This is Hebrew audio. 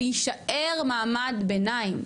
להישאר מעמד ביניים,